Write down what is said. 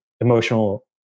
emotional